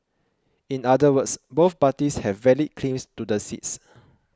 in other words both parties have valid claims to the seats